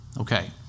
Okay